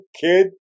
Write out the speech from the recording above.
kid